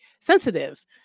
sensitive